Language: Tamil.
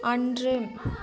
அன்று